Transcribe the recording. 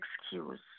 excuse